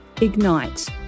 Ignite